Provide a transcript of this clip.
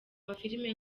mafilime